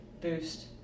boost